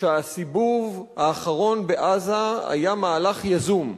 שהסיבוב האחרון בעזה היה מהלך יזום.